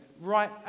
right